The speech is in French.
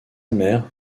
mère